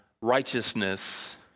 righteousness